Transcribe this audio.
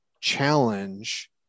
challenge